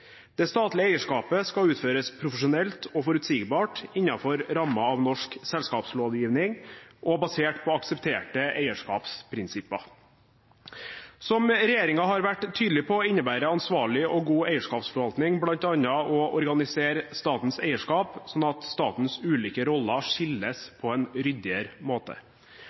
Det statlige eierskapet skal utføres profesjonelt og forutsigbart innenfor rammen av norsk selskapslovgivning, basert på aksepterte eierskapsprinsipper. Som regjeringen har vært tydelig på, innebærer ansvarlig og god eierskapsforvaltning bl.a. å organisere statens eierskap slik at statens ulike roller skilles på en ryddigere måte.